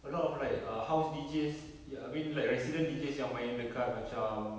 a lot of like uh house deejays ya~ I mean like resident deejays yang main dekat macam